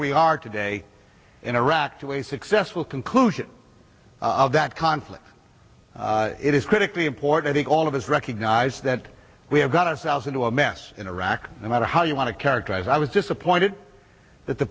we are today in iraq to a successful conclusion of that conflict it is critically important all of us recognize that we have got ourselves into a mess in iraq no matter how you want to characterize i was disappointed that the